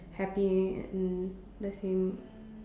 happy in the same